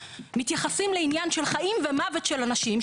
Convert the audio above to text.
מתייחסים לעניין של חיים ומוות של אנשים,